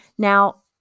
Now